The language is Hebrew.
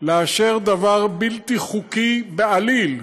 לאשר דבר בלתי חוקי בעליל,